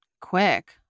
quick